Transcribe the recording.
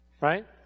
Right